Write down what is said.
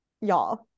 y'all